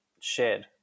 shared